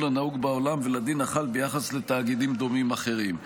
לנהוג בעולם ולדין החל ביחס לתאגידים דומים אחרים.